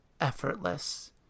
effortless